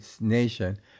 nation